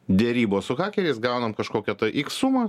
derybos su hakeriais gaunam kažkokią tai iks sumą